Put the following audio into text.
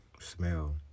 smell